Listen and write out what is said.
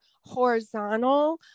horizontal